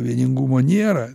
vieningumo nėra